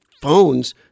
phones